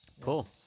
Cool